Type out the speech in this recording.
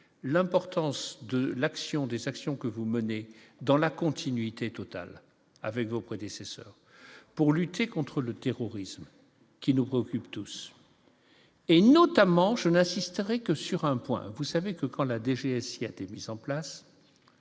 l'action des actions que vous menez dans la continuité totale avec vos prédécesseurs pour lutter contre le terrorisme qui nous préoccupent tous et notamment je n'assisterai que sur un point : vous savez que quand la DGSI a été mise en place